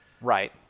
Right